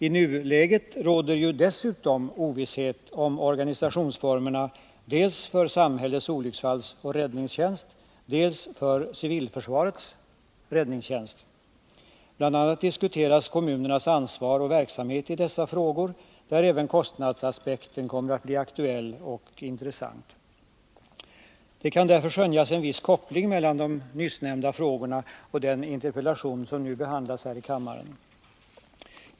I nuläget råder dessutom ovisshet om organisationsformerna dels för samhällets olycksfallsoch räddningstjänst, dels för civilförsvarets räddningstjänst. Bl. a. diskuteras kommunernas ansvar och verksamhet i dessa frågor, där även kostnadsaspekten kommer att bli aktuell och intressant. Det kan därför skönjas en viss koppling mellan de nyssnämnda frågorna och den interpellation som nu behandlas här i kammaren.